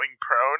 prone